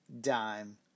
dime